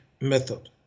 method